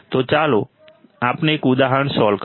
તો ચાલો આપણે એક ઉદાહરણ સોલ્વ કરીએ